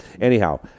Anyhow